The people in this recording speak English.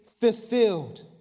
fulfilled